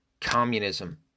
communism